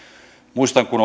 muistan kun